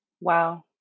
Wow